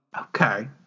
Okay